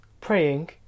praying